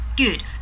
Good